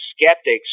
skeptics